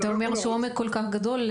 אתה אומר שהעומס כל כך גדול,